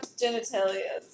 genitalia